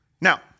now